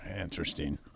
Interesting